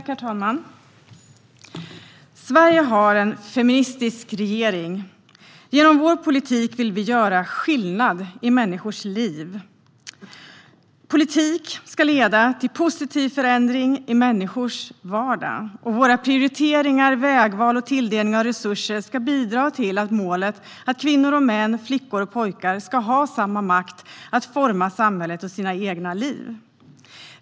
Herr talman! Sverige har en feministisk regering. Genom vår politik vill vi göra skillnad i människors liv. Politik ska leda till positiv förändring i människors vardag, och våra prioriteringar, vägval och tilldelning av resurser ska bidra till målet att kvinnor och män, flickor och pojkar ska ha samma makt att forma samhället och sina egna liv.